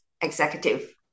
executive